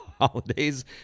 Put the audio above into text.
holidays